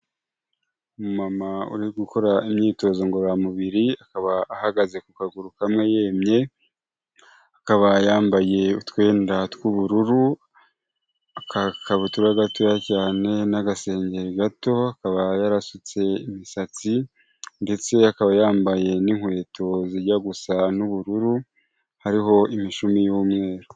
Umu mama uri gukora imyitozo ngororamubiri akaba ahagaze ku kaguru kamwe yemye, akaba yambaye utwenda tw'ubururu aga kabutura gatoya cyane n'agasengeri gato akaba yarasutse imisatsi ndetse akaba yambaye n'inkweto zijya gusa n'ubururu hariho imishumi y'umweru.